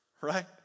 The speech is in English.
right